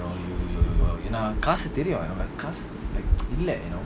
you know you you எனாகாசுதெரியும்காசுஇல்ல:yena kaasu therium kaasu illa